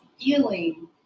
feeling